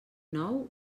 nou